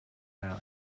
out